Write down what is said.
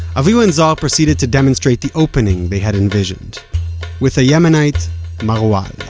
avihu and zohar proceeded to demonstrate the opening they had envisioned with a yemenite marwhal